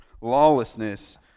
lawlessness